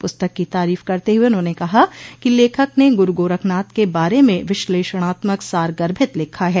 पुस्तक की तारीफ करते हुए उन्होंने कहा कि लेखक ने गुरू गोरखनाथ के बारे में विश्लेषणात्मक सारगर्भित लिखा है